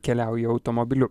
keliauji automobiliu